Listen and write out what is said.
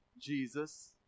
Jesus